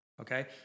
okay